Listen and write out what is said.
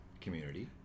community